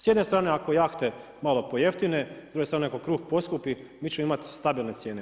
S jedne strane ako jahte malo pojeftine, s druge strane ako kruh poskupi, mi ćemo imati stabilne cijene.